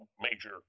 major